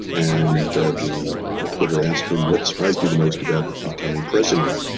and the the reporter asked him what surprised you the most about becoming president,